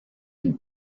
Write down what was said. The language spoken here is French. une